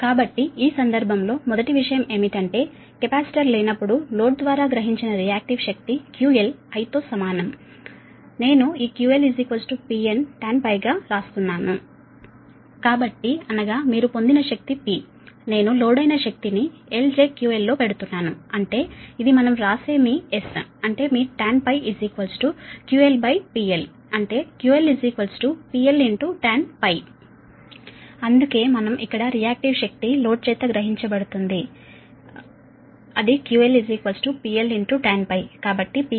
కాబట్టి ఈ సందర్భం లో మొదటి విషయం ఏమిటంటే కెపాసిటర్ లేనప్పుడు లోడ్ ద్వారా గ్రహించిన రియాక్టివ్ శక్తి QL I తో సమానం నేను ఈ QL PL Tan గా రాస్తున్నాను సరేనా కాబట్టి అనగా మీరు పొందిన శక్తి P నేను లోడ్ అయిన శక్తి ని LjQL లో పెడుతున్నాను అంటే ఇది మనం వ్రాసే మీ S అంటే మీ TanφQLpL అంటే QL PL Tan సరేనా అందుకే మనం ఇక్కడ రియాక్టివ్ శక్తి లోడ్ చేత గ్రహించబడుతుందిఅది QL PL Tan